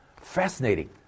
Fascinating